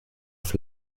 auf